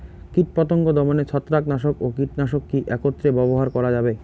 কীটপতঙ্গ দমনে ছত্রাকনাশক ও কীটনাশক কী একত্রে ব্যবহার করা যাবে?